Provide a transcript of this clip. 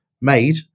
made